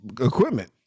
equipment